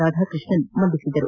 ರಾಧಾಕೃಷ್ಣನ್ ಮಂಡಿಸಿದರು